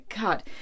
God